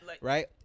right